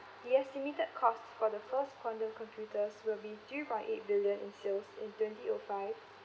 the estimated cost for the first quantum computers will be three point eight billion in sales in twenty O five